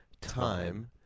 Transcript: time